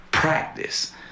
Practice